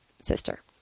sister